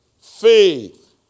Faith